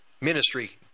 ministry